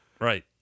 right